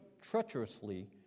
treacherously